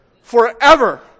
forever